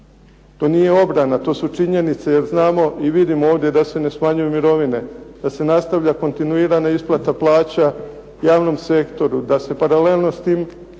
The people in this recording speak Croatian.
to nije obrana, to su činjenice jer znamo i vidimo ovdje da se ne smanjuju mirovine, da se nastavlja kontinuirana isplata plaća javnom sektoru, da se paralelno s tim